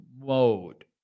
mode